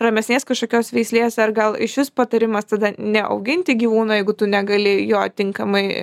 ramesnės kažkokios veislės ar gal išvis patarimas tada neauginti gyvūno jeigu tu negali jo tinkamai